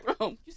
room